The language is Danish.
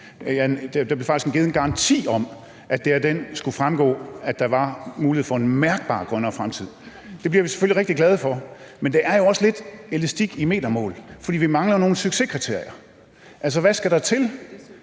Der blev faktisk givet en garanti om, at det af den skulle fremgå, at der var mulighed for en mærkbart grønnere fremtid. Det bliver vi selvfølgelig rigtig glade for, men det er også lidt elastik i metermål, for vi mangler jo nogle succeskriterier. Hvad skal der til